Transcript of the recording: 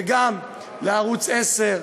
וגם לערוץ 10,